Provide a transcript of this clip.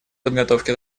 подготовки